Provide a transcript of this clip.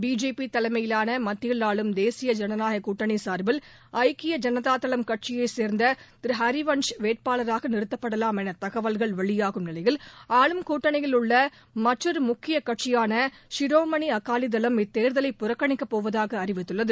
BJP தலைமையிலான மத்தியில் ஆளும் தேசிய ஜனநாயக கூட்டணி சார்பில் ஐக்கிய ஜனதாதளம் கட்சியைச் சேர்ந்த திரு ஹரிவன்ஸ் வேட்பாளராக நிறுத்தப்படலாம் என தகவல்கள் வெளியாகும் நிலையில் ஆளும் கூட்டணியில் உள்ள மற்றொரு முக்கிய கட்சியான சிரோன்மணி அகாலிதளம் இத்தேர்தலை புறக்கணிக்கப் போவதாக அறிவித்துள்ளது